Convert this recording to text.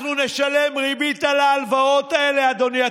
אנחנו נשלם ריבית על ההלוואות האלה, אדוני.